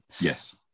Yes